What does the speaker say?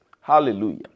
Hallelujah